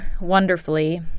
wonderfully